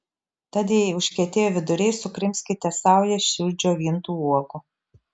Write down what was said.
tad jei užkietėjo viduriai sukrimskite saują šių džiovintų uogų